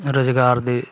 ਰੁਜ਼ਗਾਰ ਦੇ